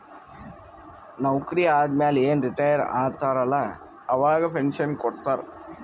ನೌಕರಿ ಆದಮ್ಯಾಲ ಏನ್ ರಿಟೈರ್ ಆತಾರ ಅಲ್ಲಾ ಅವಾಗ ಪೆನ್ಷನ್ ಕೊಡ್ತಾರ್